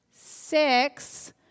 six